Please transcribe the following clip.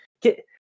Get